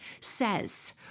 says